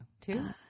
two